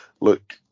look